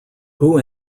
who